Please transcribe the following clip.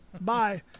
Bye